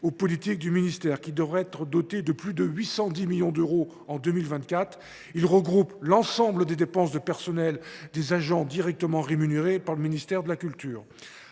aux politiques du ministère de la culture », qui devrait être doté de plus de 810 millions d’euros en 2024. Ce programme regroupe l’ensemble des dépenses de personnel des agents directement rémunérés par le ministère de la culture.